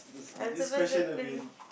I'm supposed to pick